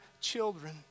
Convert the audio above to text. children